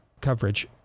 coverage